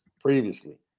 previously